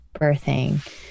birthing